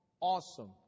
awesome